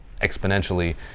exponentially